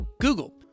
Google